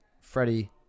freddie